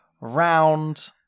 round